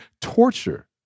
torture